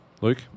Luke